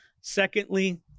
Secondly